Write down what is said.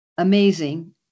Amazing